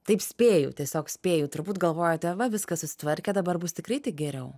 taip spėju tiesiog spėju turbūt galvojate va viskas susitvarkė dabar bus tikrai tik geriau